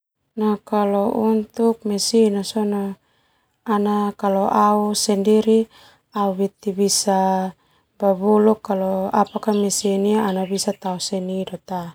Mesin na sona au sendiri au beti bisa babuluk mesin ia ana tao seni do ta.